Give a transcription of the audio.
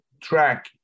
track